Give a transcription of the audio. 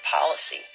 policy